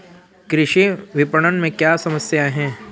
कृषि विपणन में क्या समस्याएँ हैं?